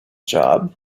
job